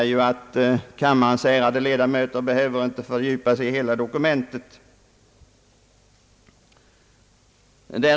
Kammarens ärade ledamöter behöver således inte fördjupa sig i dokumentet.